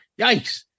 Yikes